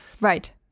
Right